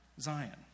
Zion